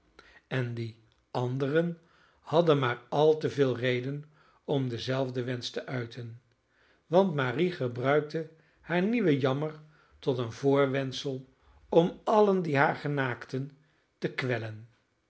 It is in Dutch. en die anderen hadden maar al te veel reden om denzelfden wensch te uiten want marie gebruikte haar nieuwen jammer tot een voorwendsel om allen die haar genaakten te kwellen